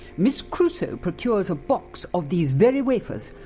miss crusoe procures a box of these very wafers,